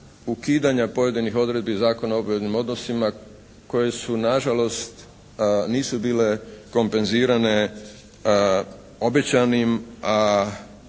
ukidanja pojedinih odredbi Zakona o obveznim odnosima koje su na žalost nisu bile kompenzirane obećanim, a